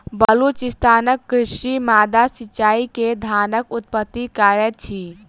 बलुचिस्तानक कृषक माद्दा सिचाई से धानक उत्पत्ति करैत अछि